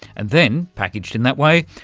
and then, packaged in that way,